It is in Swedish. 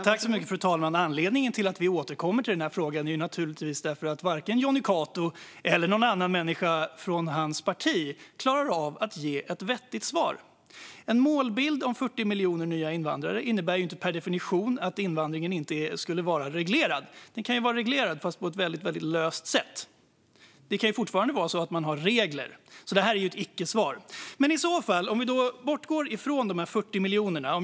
Fru talman! Anledningen till att vi återkommer till denna fråga är naturligtvis att varken Jonny Cato eller någon annan från hans parti klarar av att ge ett vettigt svar. En målbild om 40 miljoner nya invandrare innebär ju inte per definition att invandringen inte skulle vara reglerad. Den kan vara reglerad fast på ett väldigt löst sätt. Det kan fortfarande vara så att man har regler. Detta är alltså ett icke-svar. Men låt oss då bortse från de 40 miljonerna.